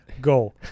Go